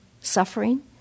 suffering